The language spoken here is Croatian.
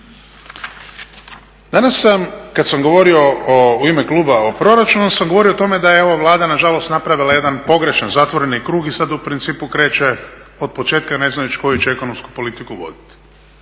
Danas sam kad sam govorio u ime kluba o proračunu, sam govorio o tome da je ova Vlada napravila jedan pogrešan zatvoreni krug i sada u principu kreće od početka ne znajući koju će ekonomsku politiku voditi.